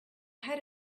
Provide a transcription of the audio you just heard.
had